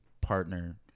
partner